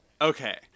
Okay